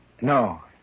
No